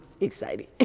excited